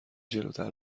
جلوتر